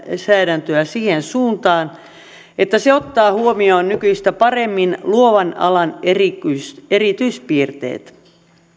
lainsäädäntöä siihen suuntaan että se ottaa huomioon nykyistä paremmin luovan alan erityispiirteet